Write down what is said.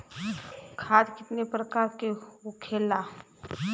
खाद कितने प्रकार के होखेला?